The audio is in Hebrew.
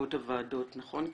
בישיבות הוועדות, נכון קארין?